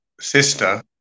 Sister